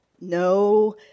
no